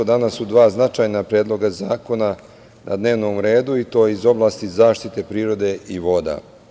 Danas su dva značajna predloga zakona na dnevnom redu i to iz oblasti zaštite prirode i voda.